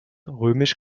römisch